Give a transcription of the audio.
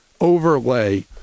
overlay